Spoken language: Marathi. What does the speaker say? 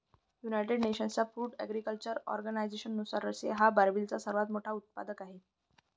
युनायटेड नेशन्सच्या फूड ॲग्रीकल्चर ऑर्गनायझेशननुसार, रशिया हा बार्लीचा सर्वात मोठा उत्पादक आहे